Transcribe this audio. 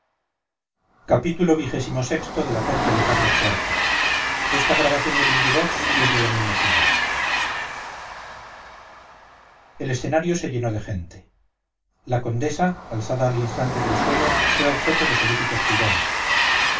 xxvi xxvii xxviii la corte de carlos iv de benito pérez galdós el escenario se llenó de gente la condesa alzada al instante del suelo fue objeto de solícitos cuidados